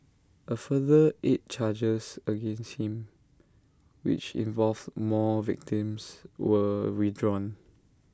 A further eight charges against him which involved more victims were withdrawn